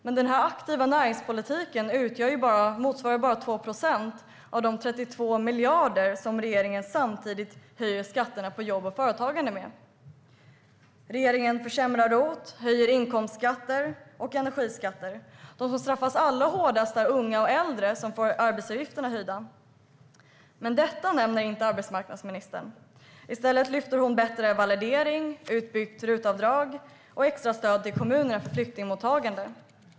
Men den aktiva näringspolitiken motsvarar bara 2 procent av de 32 miljarder som regeringen samtidigt höjer skatterna på jobb och företagande med. Regeringen försämrar ROT och höjer inkomstskatter och energiskatter. De som straffas allra hårdast är unga och äldre, som får arbetsgivaravgifterna höjda. Men detta nämner inte arbetsmarknadsministern. I stället lyfter hon bättre validering, utbyggt RUT-avdrag och extra stöd till kommunerna för flyktingmottagande.